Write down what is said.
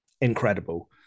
incredible